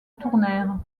tournèrent